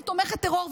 היא תומכת טרור,